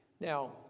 Now